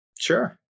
Sure